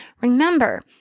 Remember